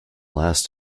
last